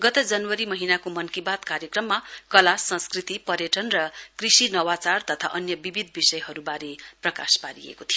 गत जनवरी महीनाको मन की बात कार्यक्रममा कलासंस्कृति पर्यटन र कृषि नवाचार तथा अन्य विविध विषयहरुवारे प्रकाश पारिएको थियो